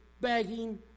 begging